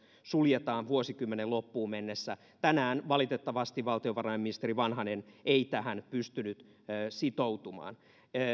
suljetaan vuosikymmenen loppuun mennessä tänään valitettavasti valtiovarainministeri vanhanen ei tähän pystynyt sitoutumaan